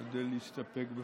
אשתדל להסתפק בפחות.